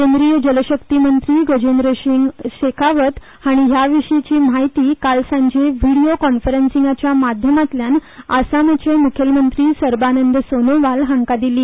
केंद्रीय जलशक्ती मंत्री गजेंद्र सिंग शेखावत हाणी ह्याविशीची म्हायती काल सांजे व्हिडिओ कॉन्फरंसिंगाच्या माध्यमातल्यान आसामचे मुखेलमंत्री सर्बानंद सोनोवाल हांका दिली